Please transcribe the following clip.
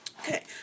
Okay